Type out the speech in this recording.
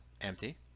empty